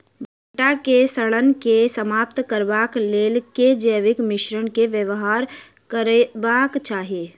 भंटा केँ सड़न केँ समाप्त करबाक लेल केँ जैविक मिश्रण केँ व्यवहार करबाक चाहि?